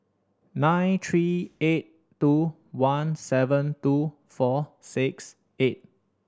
nine three eight two one seven two four six eight